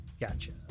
Gotcha